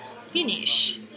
finish